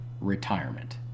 retirement